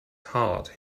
heart